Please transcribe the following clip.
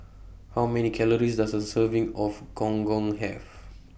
How Many Calories Does A Serving of Gong Gong Have